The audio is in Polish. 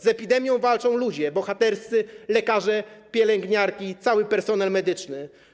Z epidemią walczą ludzie: bohaterscy lekarze, pielęgniarki i cały personel medyczny.